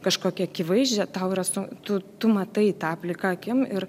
kažkokį akivaizdžią tau yra su tu tu matai tą plika akim ir